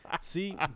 See